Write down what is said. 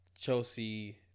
Chelsea